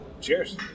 Cheers